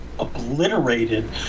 obliterated